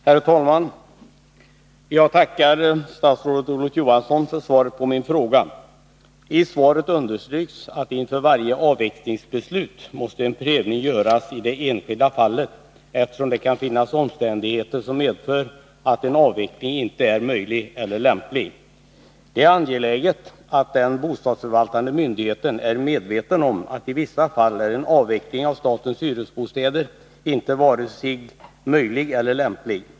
Herr talman! Jag tackar statsrådet Olof Johansson för svaret på min fråga. I svaret understryks att inför varje avvecklingsbeslut måste en prövning göras i det enskilda fallet, eftersom det kan finnas omständigheter som medför att en avveckling inte är möjlig eller lämplig. Det är angeläget att den bostadsförvaltande myndigheten är medveten om att i vissa fall en avveckling av statens hyresbostäder inte är vare sig möjlig eller lämplig.